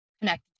connected